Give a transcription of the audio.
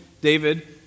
David